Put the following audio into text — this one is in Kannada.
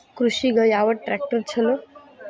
ಕೃಷಿಗ ಯಾವ ಟ್ರ್ಯಾಕ್ಟರ್ ಛಲೋ?